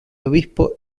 obispo